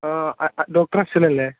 doctor Ashwin അല്ലെ